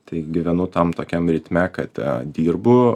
tai gyvenu tam tokiam ritme kad dirbu